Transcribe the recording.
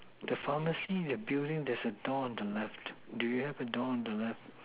the pharmacy the building there's a door on the left do you have a door on the left